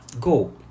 go